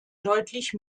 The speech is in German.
deutlich